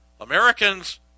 Americans